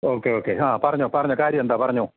okay okay ആ പറഞ്ഞോളൂ പറഞ്ഞോളൂ കാര്യമെന്താണെന്നു പറഞ്ഞോളൂ